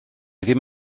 ddim